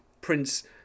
Prince